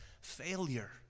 failure